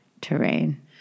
terrain